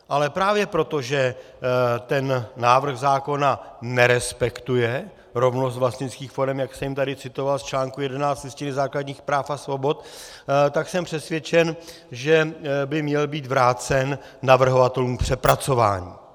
Ale právě proto, že ten návrh zákona nerespektuje rovnost vlastnických forem, jak jsem tady citoval z článku 11 Listiny základních práv a svobod, tak jsem přesvědčen, že by měl být vrácen navrhovatelům k přepracování.